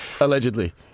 Allegedly